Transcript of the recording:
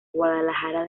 guadalajara